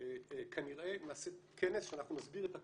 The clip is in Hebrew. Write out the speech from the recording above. אנחנו כנראה נעשה כנס שאנחנו נסביר את הכול,